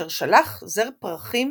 אשר שלח זר פרחים